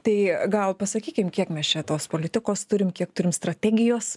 tai gal pasakykim kiek mes čia tos politikos turim kiek turim strategijos